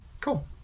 Cool